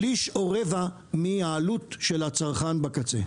שליש או רבע מהעלות של הצרכן בקצה.